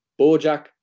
Bojack